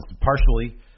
partially